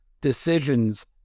decisions